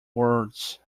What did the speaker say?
words